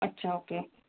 अच्छा ओके